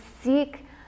seek